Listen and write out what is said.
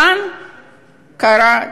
כאן קרתה תאונה: